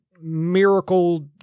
miracle